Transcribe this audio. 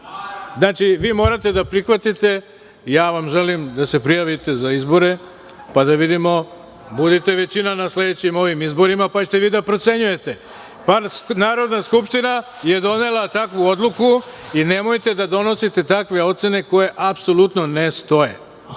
vi morate da prihvatite, ja vam želim da se prijavite za izbore, pa da vidimo, budite većina na sledećim izborima pa ćete vi da procenjujete. Narodna skupština je donela takvu odluku i nemojte da donosite takve ocene koje apsolutno ne stoje. Vi